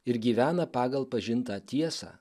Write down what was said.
ir gyvena pagal pažintą tiesą